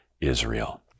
Israel